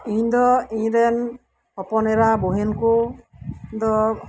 ᱤᱧ ᱫᱚ ᱤᱧ ᱨᱮᱱ ᱦᱚᱯᱚᱱ ᱮᱨᱟ ᱵᱩᱦᱤᱱ ᱠᱚ ᱫᱚ